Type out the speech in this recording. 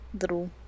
little